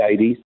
80s